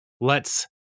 lets